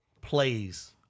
plays